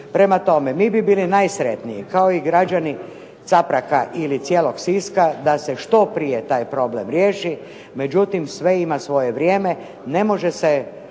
Prema tome, mi bi bili najsretniji kao i građani Capraga ili cijelog Siska da se što prije taj problem riješi, međutim sve ima svoje vrijeme. Ne može se